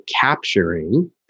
capturing